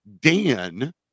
Dan